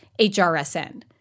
HRSN